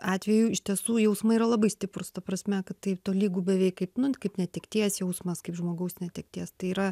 atveju iš tiesų jausmai yra labai stiprūs ta prasme kad tai tolygu beveik kaip nu kaip netekties jausmas kaip žmogaus netekties tai yra